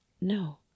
No